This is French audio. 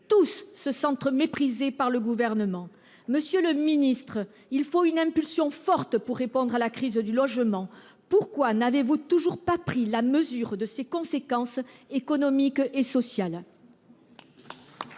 tous se sentent méprisés par le Gouvernement. Monsieur le ministre, il faut une impulsion forte pour répondre à la crise du logement. Pourquoi n'avez-vous toujours pas pris la mesure de ses conséquences économiques et sociales ?